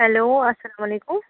hello اسلام علیکُم